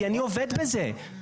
כי אני עובד בזה.